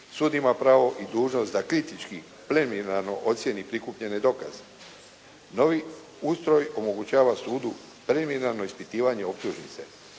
Sud ima pravo i dužnost da kritički preliminarno ocijeni prikupljene dokaze. Novi ustroj omogućava sudu preliminarno ispitivanje optužnice,